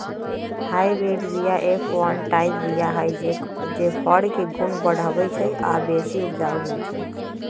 hybrid बीया F one type बीया हई जे फर के गुण बढ़बइ छइ आ बेशी उपजाउ होइ छइ